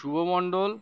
শুভমণ্ডল